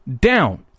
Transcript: down